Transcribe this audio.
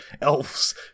elves